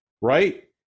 right